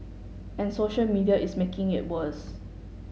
and social media is making it worse